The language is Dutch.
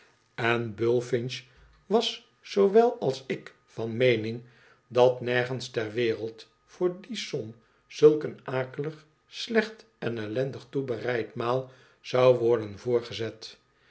en bullfinch was zoowel als ik van meening dat nergens ter wereld voor die som zulk een akelig slecht en ellendig toebereid maal zou worden voorgezet